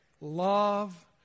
Love